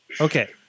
okay